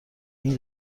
این